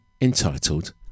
entitled